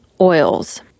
oils